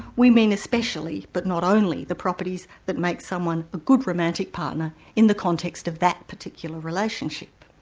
we mean especially, but not only, the properties that make someone a good romantic partner in the context of that particular relationship.